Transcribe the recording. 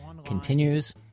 continues